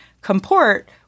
comport